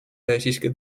siiski